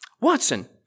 Watson